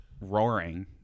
roaring